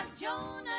Jonah